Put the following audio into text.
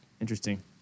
interesting